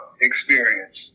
experience